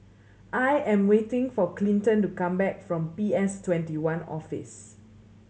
I am waiting for Clinton to come back from P S Twenty one Office